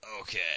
Okay